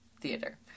theater